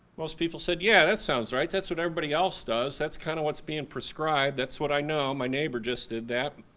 most people said yeah, that sounds right, that's what everybody else does, that's kind of what's being prescribed, that's what i know, my neighbour just did that.